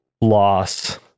loss